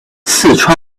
四川